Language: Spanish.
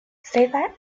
seda